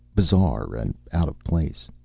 bizarre and out of place.